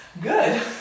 good